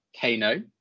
Kano